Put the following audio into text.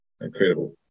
Incredible